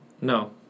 No